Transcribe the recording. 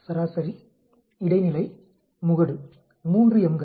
சராசரி இடைநிலை முகடு 3 Mகள்